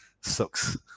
sucks